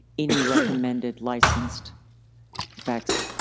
any recommended licensed vaccine,